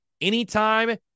anytime